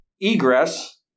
egress